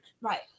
Right